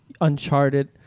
Uncharted